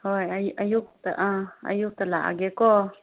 ꯍꯣꯏ ꯑꯌꯨꯀꯇ ꯑꯥ ꯑꯌꯨꯛꯇ ꯂꯥꯛꯂꯒꯦꯀꯣ